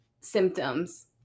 symptoms